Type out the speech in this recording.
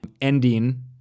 ending